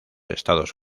estados